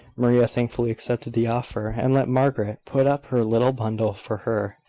maria thankfully accepted the offer, and let margaret put up her little bundle for her.